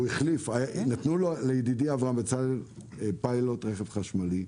נתנו לידידי אברהם בצלאל רכב חשמלי כפיילוט,